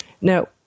Now